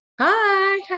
Hi